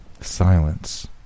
silence